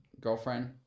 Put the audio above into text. girlfriend